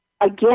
again